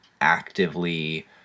actively